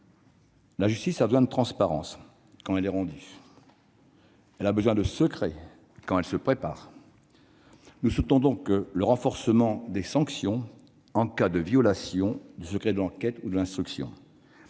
La justice a besoin de transparence quand elle est rendue ; elle a besoin de secret quand elle se prépare. Nous soutenons donc le renforcement des sanctions en cas de violation du secret de l'enquête ou de l'instruction.